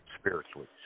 spiritually